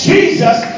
Jesus